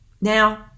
Now